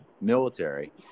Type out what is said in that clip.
military